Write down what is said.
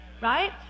right